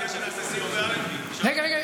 --- סיור באלנבי --- רגע, רגע.